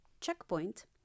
checkpoint